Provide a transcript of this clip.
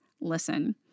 listen